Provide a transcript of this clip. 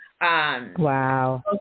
Wow